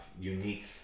unique